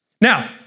Now